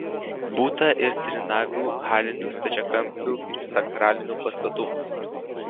būta ir trinavių halinių stačiakampių sakralinių pastatų